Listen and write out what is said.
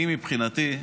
מבחינתי,